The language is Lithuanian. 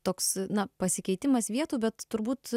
toks na pasikeitimas vietų bet turbūt